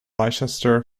leicester